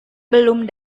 belum